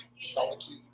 solitude